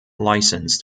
licensed